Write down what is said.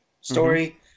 story